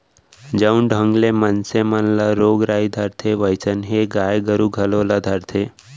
जउन ढंग ले मनसे मन ल रोग राई धरथे वोइसनहे गाय गरू घलौ ल धरथे